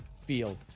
field